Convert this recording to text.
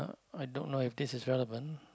i don't know if this is relevant